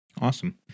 Awesome